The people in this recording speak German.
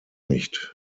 nicht